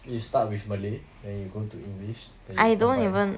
you start with malay then you go to english then you combine